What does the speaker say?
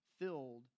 filled